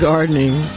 Gardening